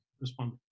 respond